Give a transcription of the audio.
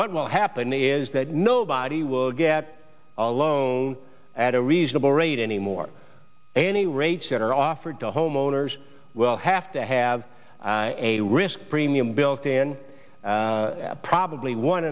what will happen is that nobody will get a loan at a reasonable rate anymore any rates that are offered to homeowners will have to have a risk premium built in probably one